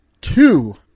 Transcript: two